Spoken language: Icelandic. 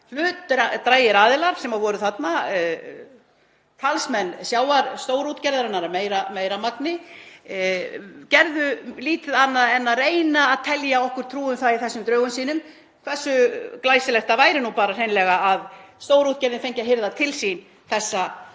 hlutdrægir aðilar sem voru þarna, talsmenn stórútgerðarinnar í meiri hluta, gerðu lítið annað en að reyna að telja okkur trú um það í þessum drögum sínum hversu glæsilegt það væri nú hreinlega að stórútgerðin fengi að hirða til sín þessi